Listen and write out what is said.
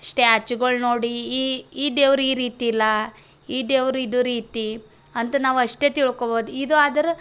ಸ್ಟ್ಯಾಚ್ಯುಗಳು ನೋಡಿ ಈ ಈ ದೇವರು ಈ ರೀತಿ ಇಲ್ಲ ಈ ದೇವರು ಇದು ರೀತಿ ಅಂತ ನಾವು ಅಷ್ಟೆ ತಿಳ್ಕೊಬೋದು ಇದು ಆದರೆ